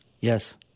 Yes